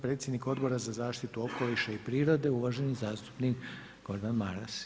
Predsjednik Odbora za zaštitu okoliša i prirode uvaženi zastupnik Gordan Maras.